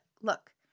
look